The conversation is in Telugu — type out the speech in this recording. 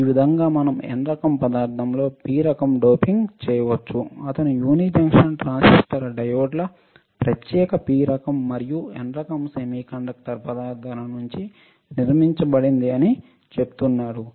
ఈ విధంగా మనం N రకం పదార్థంలో P రకం డోపింగ్ పొందవచ్చు అతను యూని జంక్షన్ ట్రాన్సిస్టర్ డయోడ్ల ప్రత్యేక P రకం మరియు N రకం సెమీకండక్టర్ పదార్థాల నుండి నిర్మించబడింది అని చెప్తున్నాడు